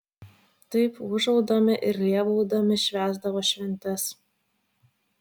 taip ūžaudami ir lėbaudami švęsdavo šventes